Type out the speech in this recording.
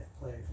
play